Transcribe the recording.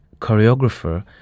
choreographer